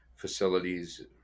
facilities